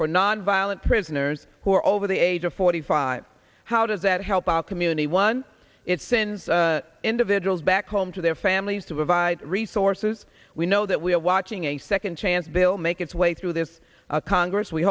for nonviolent prisoners who are over the age of forty five how does that help our community won it since individuals back home to their families to provide resources we know that we are watching a second chance bill make its way through this congress we